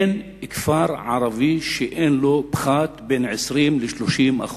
אין כפר ערבי שאין בו פחת של 20% 30%,